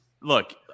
Look